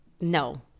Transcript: no